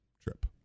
trip